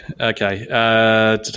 Okay